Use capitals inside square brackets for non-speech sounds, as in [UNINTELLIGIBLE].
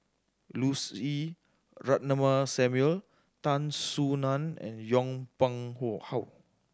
Lucy Ratnammah Samuel Tan Soo Nan and Yong Pung [UNINTELLIGIBLE] How